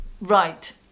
Right